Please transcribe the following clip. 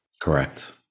Correct